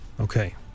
Okay